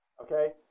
Okay